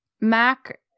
Mac